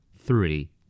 Three